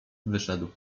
wyszedł